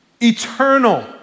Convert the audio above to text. eternal